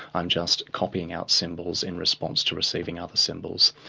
i'm just copying out symbols in response to receiving other symbols.